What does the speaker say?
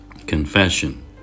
Confession